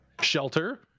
Shelter